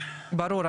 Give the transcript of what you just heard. ברור,